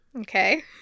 Okay